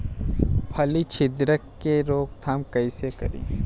फली छिद्रक के रोकथाम कईसे करी?